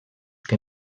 que